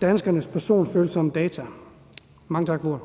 danskernes personfølsomme data. Mange tak for ordet.